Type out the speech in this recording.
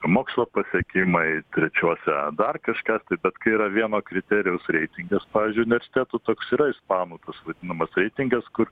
mokslo pasiekimai trečiuose ar dar kažkas taip bet kai yra vieno kriterijaus reitingas pavyzdžiui universitetų toks yra ispamu tas vadinamas reitingas kur